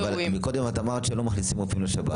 אבל מקודם את אמרת שלא מכניסים רופאים לשב"ן.